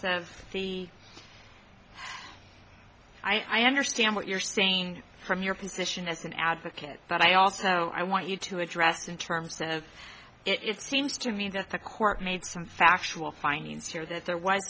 n i understand what you're saying from your position as an advocate but i also i want you to address in terms of it seems to me that the court made some factual findings here that there was